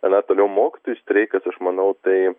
ana toliau mokytojų streikas aš manau tai